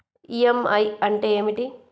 EMI అంటే ఏమిటి?